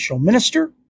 minister